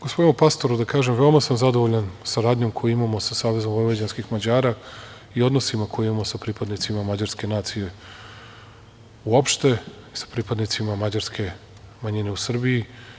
Gospodinu Pastoru želim da kažem da sam veoma zadovoljan saradnjom kojoj imamo sa SVM i odnosima koje imamo sa pripadnicima mađarske nacije uopšte i sa pripadnicima mađarske manjine u Srbiji.